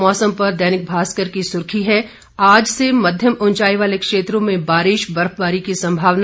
मौसम पर दैनिक भास्कर की सुर्खी है आज से मध्यम उंचाई वाले क्षेत्रों में बारिश बर्फबारी की संभावना